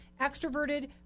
extroverted